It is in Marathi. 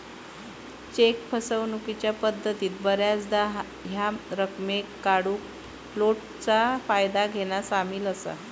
चेक फसवणूकीच्या पद्धतीत बऱ्याचदा ह्या रकमेक काढूक फ्लोटचा फायदा घेना सामील असा